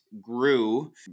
grew